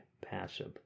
passive